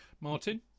Martin